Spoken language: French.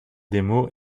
démo